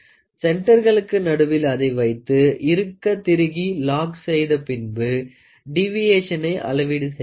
சென்டர்களுக்கு நடுவில் அதை வைத்து இறுக்க திருகி லாக் செய்த பின்பு டீவியேஸனை அளவீடு செய்யலாம்